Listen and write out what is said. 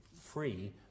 free